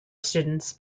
students